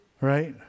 right